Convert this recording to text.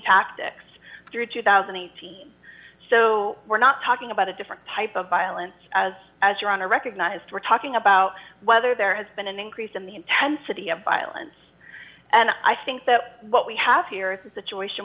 tactics through two thousand and eighteen so we're not talking about a different type of violence as as you're on a recognized we're talking about whether there has been an increase in the intensity of violence and i think that what we have here is a situation